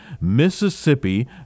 Mississippi